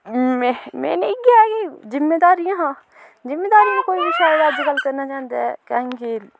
main इ'यै गै जिमीदारियां हा जिमींदारी कोई बी शायद अज्जकल नी करना चांह्दा ऐ क्योंकि